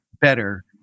better